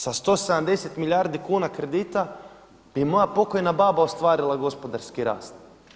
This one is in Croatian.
Sa 170 milijardi kuna kredita bi moja pokojna baba ostvarila gospodarski rast.